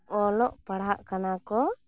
ᱚᱞᱚᱜ ᱯᱟᱲᱦᱟᱜ ᱠᱟᱱᱟ ᱠᱚ